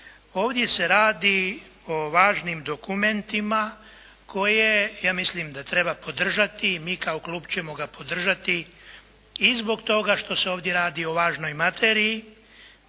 ovdje se radi o važnim dokumentima koje, ja mislim da treba podržati i mi kao klub ćemo ga podržati i zbog toga što se ovdje radi o važnoj materiji,